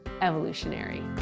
evolutionary